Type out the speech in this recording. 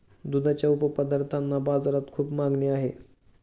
दुधाच्या उपपदार्थांना बाजारात खूप मागणी आहे